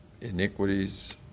iniquities